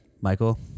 Michael